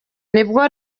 nibwo